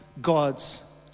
God's